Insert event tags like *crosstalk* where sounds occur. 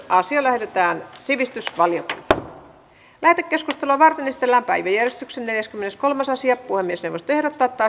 asia lähetetään sivistysvaliokuntaan lähetekeskustelua varten esitellään päiväjärjestyksen neljäskymmeneskolmas asia puhemiesneuvosto ehdottaa että *unintelligible*